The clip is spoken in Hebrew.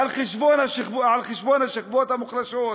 על חשבון השכבות המוחלשות.